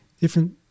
different